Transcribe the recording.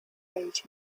page